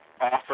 offer